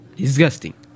disgusting